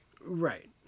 Right